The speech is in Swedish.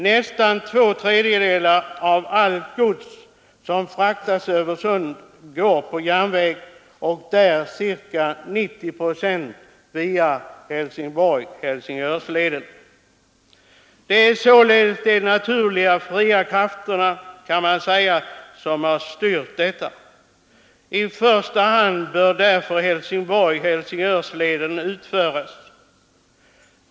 Nästan två tredjedelar av allt gods som fraktas över Öresund går på järnväg och cirka 90 procent via Helsingborg —Helsingör. Det är de naturliga fria krafterna som har styrt den utvecklingen. I första hand bör därför leden Helsingborg—Helsingör byggas.